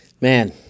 Man